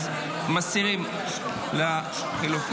אוקיי, אז מסירים לחלופין.